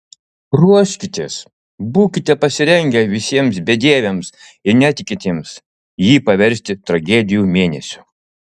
ruoškitės būkite pasirengę visiems bedieviams ir netikintiems jį paversti tragedijų mėnesiu